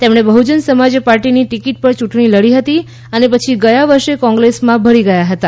તેમણે બહ્જન સમાજ પાર્ટીની ટિકિટ પર ચૂંટણી લડી હતી અને પછી ગયા વર્ષે કોંગ્રેસમાં ભળી ગયા હતા